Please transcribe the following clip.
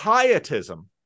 Pietism